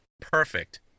perfect